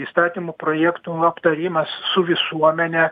įstatymų projektų aptarimas su visuomene